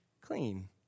clean